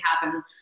happen